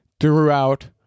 throughout